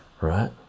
right